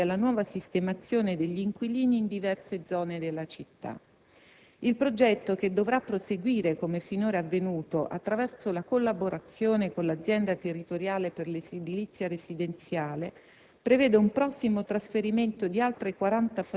tre delle sei palazzine e procedendo, quindi, alla nuova sistemazione degli inquilini in diverse zone della Città. Il progetto, che dovrà proseguire, come finora è avvenuto, attraverso la collaborazione con l'Azienda territoriale per l'edilizia residenziale,